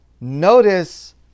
notice